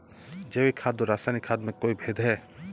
जैविक खाद और रासायनिक खाद में कोई भेद है?